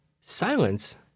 silence